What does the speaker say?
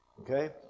okay